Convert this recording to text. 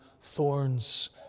thorns